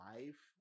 Life